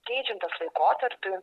keičiantis laikotarpiui